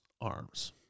arms